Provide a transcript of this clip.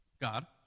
God